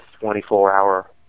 24-hour